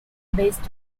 based